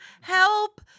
help